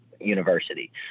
university